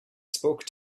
spoke